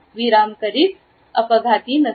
विराम कधीच अपघाती नसावा